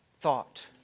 thought